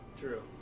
True